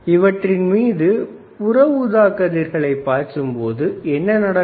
இவற்றின் மீது புற ஊதாக்கதிர்களை பாய்ச்சும் பொழுது என்ன நடக்கும்